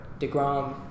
DeGrom